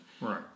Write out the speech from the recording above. right